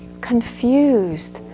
confused